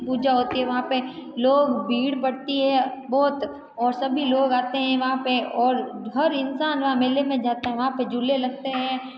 पूजा होती है वहाँ पे लोग भीड़ बढ़ती है बहुत और सभी लोग आते हैं वहाँ पे और हर इनसान वह मेले में जाता है वहाँ पे झूले लगते हैं